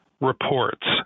reports